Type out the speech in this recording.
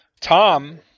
Tom